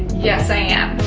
yes, i am.